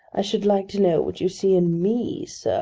i should like to know what you see in me, sir,